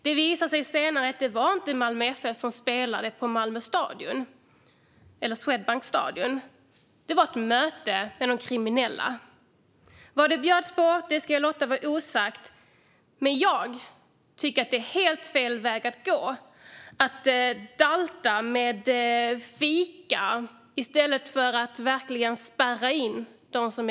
Det visade sig senare att det inte var Malmö FF som spelade på Stadion, utan det var ett möte med de kriminella. Vad det bjöds på ska jag låta vara osagt. Men jag tycker att det är helt fel väg att gå att dalta med de kriminella och bjuda på fika i stället för att verkligen spärra in dem.